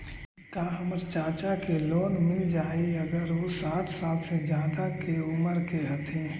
का हमर चाचा के लोन मिल जाई अगर उ साठ साल से ज्यादा के उमर के हथी?